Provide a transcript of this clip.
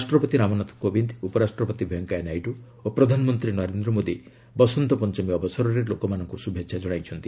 ରାଷ୍ଟ୍ରପତି ରାମନାଥ କୋବିନ୍ଦ ଉପରାଷ୍ଟ୍ରପତି ଭେଙ୍କେୟା ନାଇଡୁ ଓ ପ୍ରଧାନମନ୍ତ୍ରୀ ନରେନ୍ଦ୍ର ମୋଦି ବସନ୍ତ ପଞ୍ଚମୀ ଅବସରରେ ଲୋକମାନଙ୍କୁ ଶୁଭେଚ୍ଛା ଜଣାଇଚ୍ଚନ୍ତି